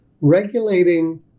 regulating